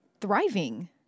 thriving